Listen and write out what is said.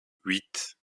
huit